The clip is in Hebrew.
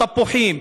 התפוחים,